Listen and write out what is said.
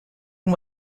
and